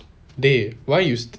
dey why you